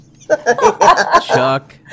Chuck